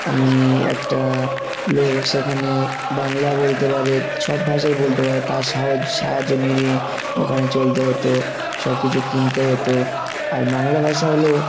আমি একটা লোক সেখানে বাংলা বলতে পারে সব ভাষাই বলতে পারে তার সাহায্য নিয়ে ওখানে চলতে হতো সব কিছু কিনতে হতো আর বাংলা ভাষা হলো